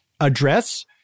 Address